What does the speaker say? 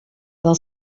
del